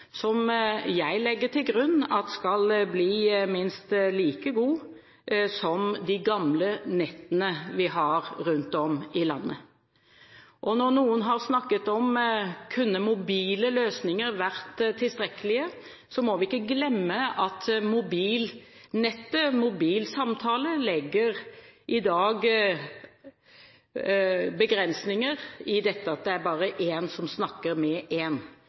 som jeg legger til grunn at skal bli minst like god som de gamle nettene vi har rundt om i landet. Når noen har snakket om hvorvidt mobile løsninger kunne vært tilstrekkelig, må vi ikke glemme at mobilnettet, mobilsamtaler, i dag legger begrensninger ved at det bare er én som snakker med